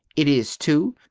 it is too!